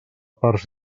parts